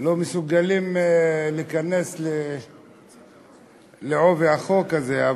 לא מסוגלים להיכנס בעובי החוק הזה,